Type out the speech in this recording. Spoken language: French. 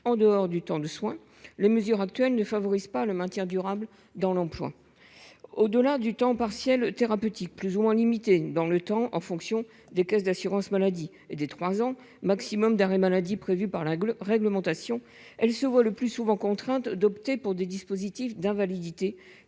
en dehors du temps de soins les mesures actuelles ne favorisent pas le maintien durable dans l'emploi au-delà du temps partiel thérapeutique plus ou moins limitées dans le temps en fonction des caisses d'assurance-maladie et des trois ans maximum d'arrêt maladie prévue par la réglementation, elle se voit le plus souvent contraintes d'opter pour des dispositifs d'invalidité